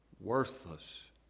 worthless